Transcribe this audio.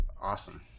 awesome